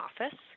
office